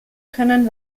können